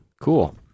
cool